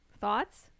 Thoughts